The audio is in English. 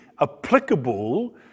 applicable